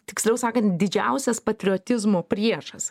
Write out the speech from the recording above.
tiksliau sakant didžiausias patriotizmo priešas